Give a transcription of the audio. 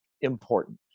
Important